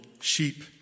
sheep